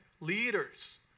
Leaders